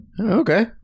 Okay